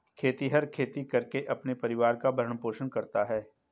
खेतिहर खेती करके अपने परिवार का भरण पोषण करता है